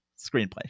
screenplay